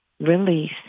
Release